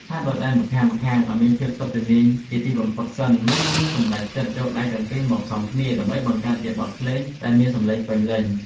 ហាត់ដោយដៃម្ខាងៗឱ្យមានភាពស្ទាត់ជំនាញជាទីបំផុតសិនមុននឹងសម្រេចចិត្តយកដៃទាំងពីរមកផ្សំគ្នាដើម្បីបង្កើតជាបទភ្លេងដែលមានសម្លេងពេញលេញ។